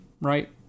right